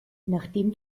nachdem